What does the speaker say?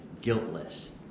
guiltless